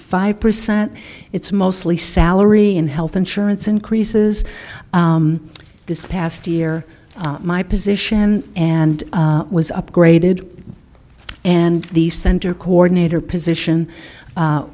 five percent it's mostly salary in health insurance increases this past year my position and was upgraded and the center coordinator position